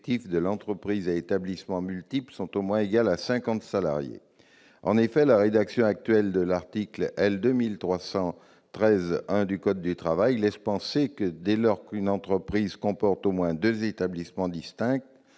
de l'entreprise à établissements multiples sont au moins égaux à 50 salariés. En effet, la rédaction actuelle de l'article L. 2313-1 du code du travail laisse entendre que, dès lors qu'une entreprise comporte au moins deux établissements distincts,